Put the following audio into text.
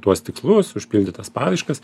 tuos tikslus užpildytas paraiškas